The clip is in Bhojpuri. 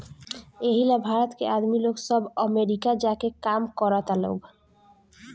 एही ला भारत के आदमी लोग सब अमरीका जा के काम करता लोग